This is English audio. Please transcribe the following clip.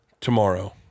tomorrow